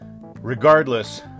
regardless